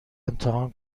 امتحان